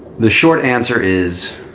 the short answer is